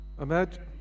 Imagine